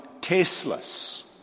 tasteless